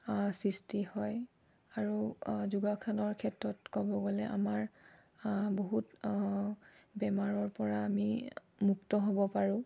সৃষ্টি হয় আৰু যোগাসনৰ ক্ষেত্ৰত ক'ব গ'লে আমাৰ বহুত বেমাৰৰ পৰা আমি মুক্ত হ'ব পাৰোঁ